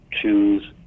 choose